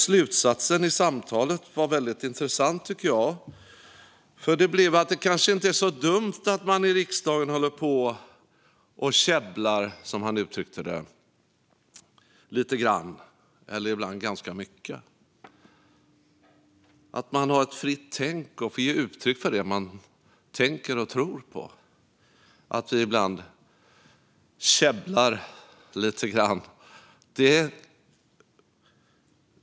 Slutsatsen i samtalet var väldigt intressant, tycker jag, för den blev att det kanske inte är så dumt att man i riksdagen håller på och käbblar, som han uttryckte det, lite grann - eller ibland ganska mycket. Att man ibland käbblar lite grann betyder att man har ett fritt tänk och får ge uttryck för det man tänker och tror på.